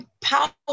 power